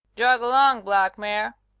jog along, black mare.